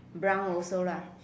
brown also ah